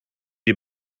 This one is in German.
die